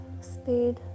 speed